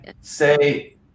say